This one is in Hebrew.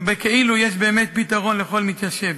כאילו יש באמת פתרון לכל מתיישב.